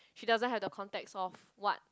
she doesn't have the context of what